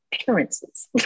appearances